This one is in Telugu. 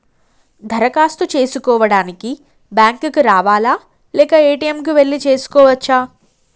దరఖాస్తు చేసుకోవడానికి బ్యాంక్ కు రావాలా లేక ఏ.టి.ఎమ్ కు వెళ్లి చేసుకోవచ్చా?